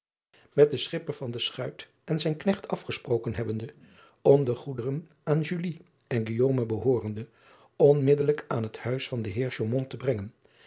et den schipper van de schuit en zijn knecht afgesproken hebbende om de goederen aan en behoorende onmiddellijk aan het huis van den eer te brengen